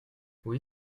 oui